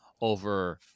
over